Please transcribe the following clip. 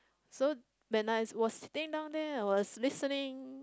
so when I was stay down there I was listening